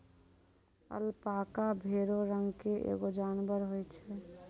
alpaca भेड़ो रंग के एगो जानबर होय छै